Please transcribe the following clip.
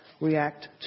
react